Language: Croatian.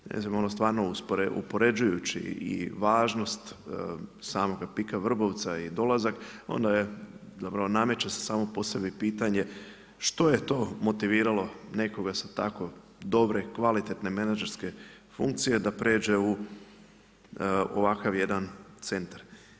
Mislim ono stvarno upoređujući i važnost samoga PIK-a Vrbovca i dolazak, onda je, zapravo nameće se samo po sebi pitanje što je to motiviralo nekoga sa tako dobre, kvalitetne, menagerske funkcije da prijeđe u ovakav jedan centar.